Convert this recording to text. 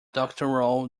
doctoral